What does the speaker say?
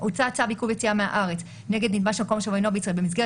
"הוצא צו עיכוב יציאה מהארץ נגד נתבע שמקום מושבו אינו בישראל במסגרת